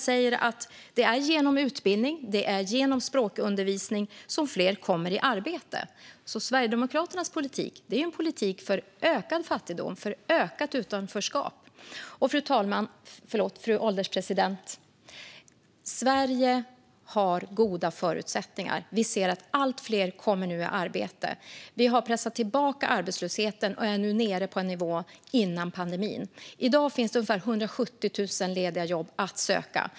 Jo, att det är genom utbildning och språkundervisning som fler kommer i arbete. Sverigedemokraternas politik är alltså en politik för ökad fattigdom och ökat utanförskap. Fru ålderspresident! Sverige har goda förutsättningar. Vi ser att allt fler kommer i arbete. Vi har pressat tillbaka arbetslösheten och är nu nere på samma nivå som före pandemin. I dag finns det ungefär 170 000 lediga jobb att söka.